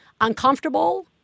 uncomfortable